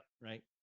right